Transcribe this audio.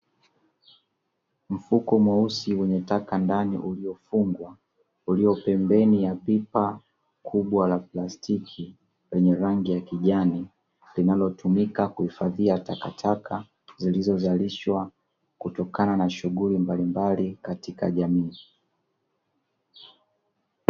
Mfuko mweusi wenye taka ndani uliofungwa, ulio pembeni ya pipa kubwa la plastiki, lenye rangi ya kijani linalotumika kuhifadhia takataka, zilizozalishwa kutokana na shughuli mbalimbali katika jamii.